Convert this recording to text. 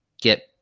get